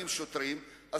כ-3,000 שוטרים,